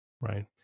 Right